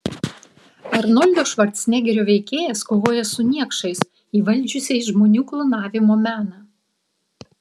arnoldo švarcnegerio veikėjas kovoja su niekšais įvaldžiusiais žmonių klonavimo meną